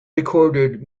recorded